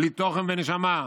בלי תוכן ונשמה,